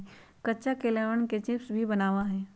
कच्चा केलवन के चिप्स भी बना हई